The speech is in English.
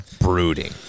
brooding